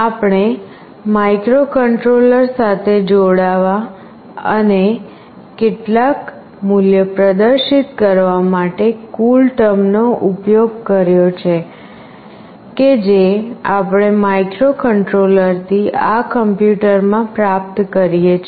આપણે માઇક્રોકન્ટ્રોલર સાથે જોડાવા અને કેટલાક મૂલ્ય પ્રદર્શિત કરવા માટે CoolTerm નો ઉપયોગ કર્યો છે કે જે આપણે માઇક્રોકન્ટ્રોલરથી આ કમ્યુટર માં પ્રાપ્ત કરીએ છીએ